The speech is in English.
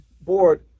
board